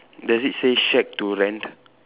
does it say shack to rent